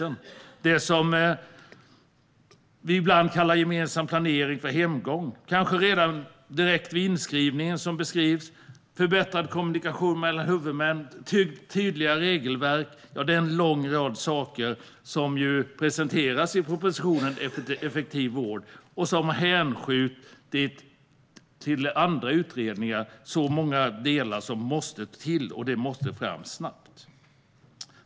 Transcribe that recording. Det gäller det som ibland kallas gemensam planering för hemgång kanske direkt vid inskrivningen, förbättrad kommunikation mellan huvudmän och tydligare regelverk. Det är en lång rad saker som presenteras i betänkandet Effektiv vård , men de hänskjuts till andra utredningar. Det är alltså många delar som måste fram snabbt.